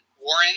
Warren